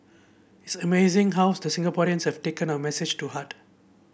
it's amazing how the Singaporeans have taken our message to heart